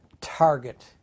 target